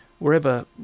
wherever